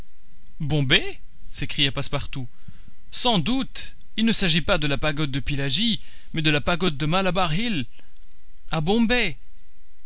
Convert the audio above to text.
bombay bombay s'écria passepartout sans doute il ne s'agit pas de la pagode de pillaji mais de la pagode de malebar hill à bombay